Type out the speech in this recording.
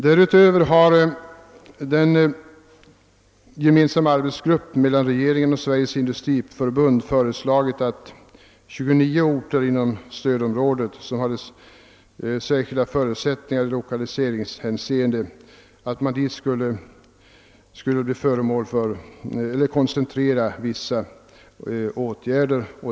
Därutöver har den för regeringen och Sveriges industriförbund gemensamma arbetsgruppen föreslagit att man till 29 orter inom stödområdet som har särskilda förutsättningar i lokaliseringshänseende skulle koncentrera vissa åtgärder.